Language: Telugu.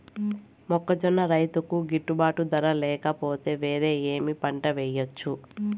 మొక్కజొన్న రైతుకు గిట్టుబాటు ధర లేక పోతే, వేరే ఏమి పంట వెయ్యొచ్చు?